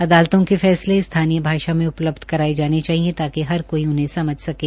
अदालतों के फैसले स्थानीय भाषा में उपलब्ध कराये जाने चाहिए ताकि हर कोई उन्हें समझ सकें